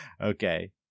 Okay